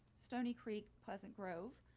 stoney creek pleasant grove,